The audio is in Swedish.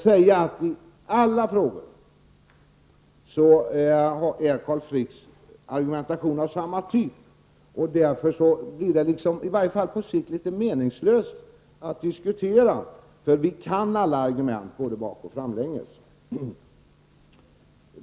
Jag ville bara säga att Carl Fricks argumentation i alla frågor är av samma typ, och det blir därför, i alla fall på sikt, litet meningslöst att diskutera, eftersom vi kan alla argument, både bakoch framlänges.